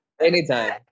Anytime